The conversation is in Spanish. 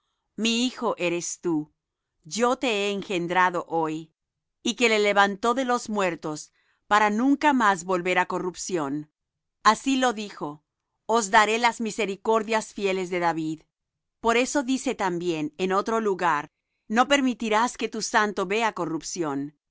mi hijo eres tú yo te he engendrado hoy y que le levantó de los muertos para nunca más volver á corrupción así lo dijo os daré las misericordias fieles de david por eso dice también en otro lugar no permitirás que tu santo vea corrupción porque á